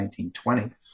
1920